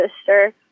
sister